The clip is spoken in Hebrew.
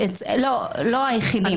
לא היחידים.